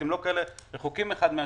והם לא כל כך רחוקים האחד מהשני,